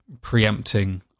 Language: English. preempting